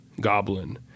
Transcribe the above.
goblin